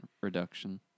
reduction